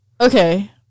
Okay